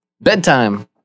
bedtime